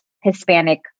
Hispanic